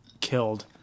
killed